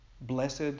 blessed